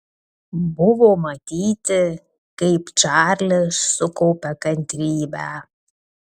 buvo matyti kaip čarlis sukaupia kantrybę